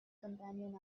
companion